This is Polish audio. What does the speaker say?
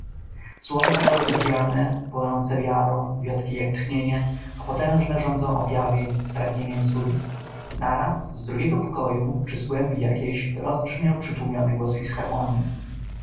słowa padały rozwiane płonące wiarą wiotkie jak tchnienie a potężne żądzą objawień pragnieniem cudów naraz z drugiego pokoju czy z głębi jakiejś rozbrzmiał przytłumiony głos